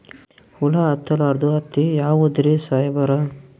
ಹುಳ ಹತ್ತಲಾರ್ದ ಹತ್ತಿ ಯಾವುದ್ರಿ ಸಾಹೇಬರ?